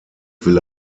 will